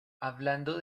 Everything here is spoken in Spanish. hablando